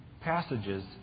passages